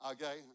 Okay